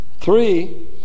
Three